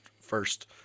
first